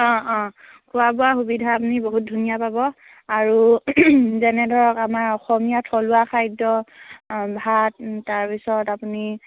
অঁ অঁ খোৱা বোৱা সুবিধা আপুনি বহুত ধুনীয়া পাব আৰু যেনে ধৰক আমাৰ অসমীয়া থলুৱা খাদ্য ভাত তাৰপিছত আপুনি